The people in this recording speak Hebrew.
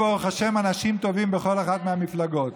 אנשים טובים בכל אחת מהמפלגות.